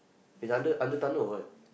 it's under under tunnel or what